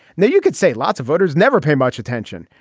now you could say lots of voters never pay much attention.